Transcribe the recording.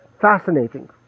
fascinating